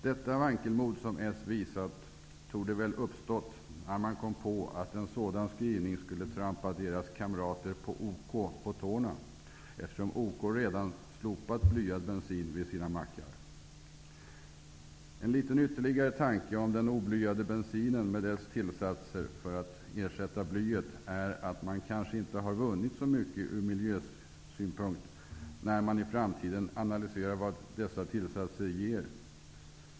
Det vankelmod som Socialdemokraterna visat här torde ha uppstått när de kom på att en sådan skrivning skulle trampa deras kamrater på OK på tårna, eftersom OK redan har slopat blyad bensin vid sina mackar. Ytterligare en liten tanke om den oblyade bensinen med dess tillsatser för att ersätta blyet, är att man kanske inte har vunnit så mycket ur miljösynpunkt. Det kommer fram när man i framtiden analyserar vad dessa tillsatser ger.